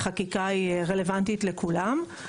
החקיקה היא רלוונטית לכולם.